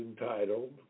entitled